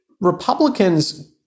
Republicans